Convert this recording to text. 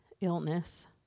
illness